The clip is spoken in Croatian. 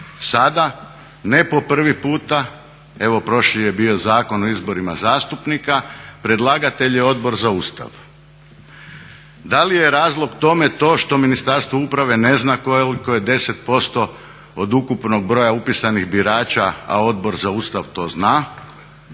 Sada, ne po prvi puta, evo prošli je bio Zakon o izborima zastupnika, predlagatelj je Odbor za Ustav. Da li je razlog tome to što Ministarstvo uprave ne zna koliko je 10% od ukupnog broja upisanih birača a Odbor za Ustav to zna?